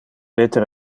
peter